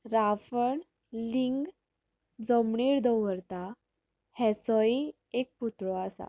रावण लिंग जमनीर दवरता हाजोयी एक पुतळो आसा